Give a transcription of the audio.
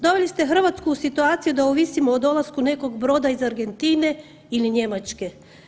Doveli ste Hrvatsku u situaciju da ovisimo o dolasku nekog broda iz Argentine ili Njemačke.